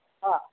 ಹಾಂ